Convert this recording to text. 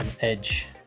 Edge